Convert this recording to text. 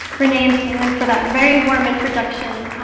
renee and taylan for that very warm introduction.